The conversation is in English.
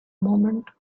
moment